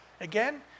Again